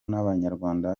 n’abanyarwanda